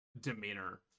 demeanor